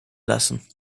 lassen